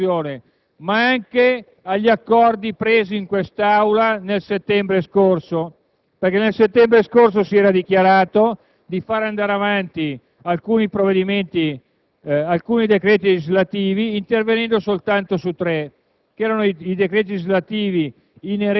provocando non soltanto un *vulnus* alla Costituzione, ma anche agli accordi presi in quest'Aula nel settembre scorso, quando si era dichiarato di far andare avanti alcuni decreti legislativi, intervenendo soltanto su tre